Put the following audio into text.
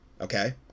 Okay